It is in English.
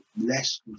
less